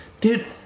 dude